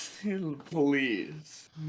please